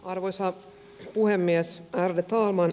arvoisa puhemies ärade talman